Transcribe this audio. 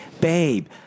babe